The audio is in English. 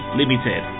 limited